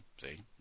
see